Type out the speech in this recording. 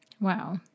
Wow